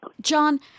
John